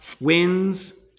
wins